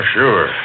sure